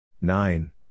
Nine